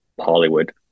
Hollywood